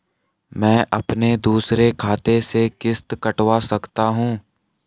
मैं अपने दूसरे खाते से किश्त कटवा सकता हूँ?